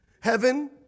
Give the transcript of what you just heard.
Heaven